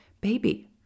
baby